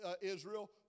Israel